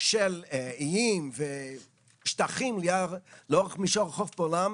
של איים ושל שטחים לאורך מישור החוף בעולם